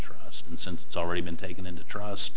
truck and since it's already been taken into trust